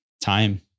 time